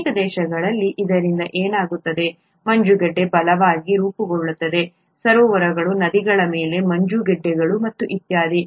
ಶೀತ ದೇಶಗಳಲ್ಲಿ ಇದರಿಂದ ಏನಾಗುತ್ತದೆ ಮಂಜುಗಡ್ಡೆ ಬಲವಾಗಿ ರೂಪುಗೊಳ್ಳುತ್ತದೆ ಸರೋವರಗಳು ನದಿಗಳ ಮೇಲೆ ಮಂಜುಗಡ್ಡೆಗಳು ಮತ್ತು ಇತ್ಯಾದಿ